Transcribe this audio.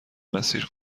مسیر